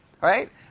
right